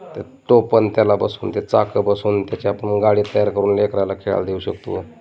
त्यात टोपन त्याला बसून ते चाकं बसून त्याच्या आपण गाडी तयार करून लेकराला खेळायला देऊ शकतो